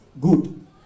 Good